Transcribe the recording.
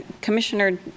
Commissioner